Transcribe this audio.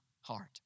heart